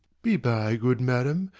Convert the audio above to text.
be by, good madam,